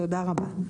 תודה רבה.